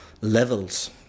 levels